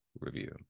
review